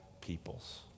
peoples